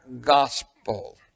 gospel